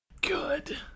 Good